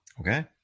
Okay